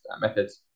methods